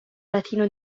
latino